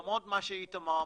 למרות מה שאיתמר אמר,